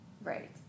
Right